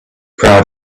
proud